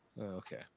Okay